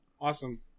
awesome